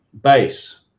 base